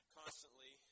constantly